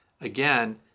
again